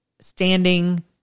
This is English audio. standing